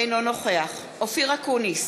אינו נוכח אופיר אקוניס,